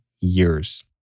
years